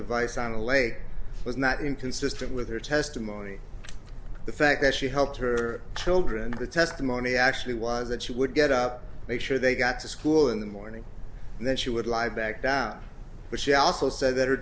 device on a lake was not inconsistent with her testimony the fact that she helped her children the testimony actually was that she would get up make sure they got to school in the morning and then she would lie back down but she also said that her